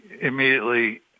immediately